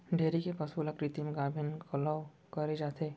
dairy के पसु ल कृत्रिम गाभिन घलौ करे जाथे